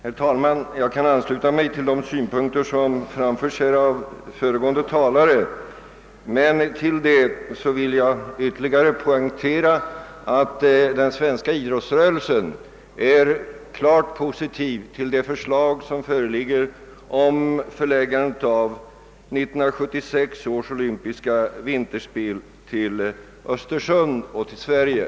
Herr talman! Jag kan ansluta mig till de synpunkter som framförts av de föregående talarna. Därutöver vill jag bara ytterligare poängtera, att den svenska idrottsrörelsen är klart positivt inställd till förslaget om förläggandet av 1976 års olympiska vinterspel till Sverige och till Östersund.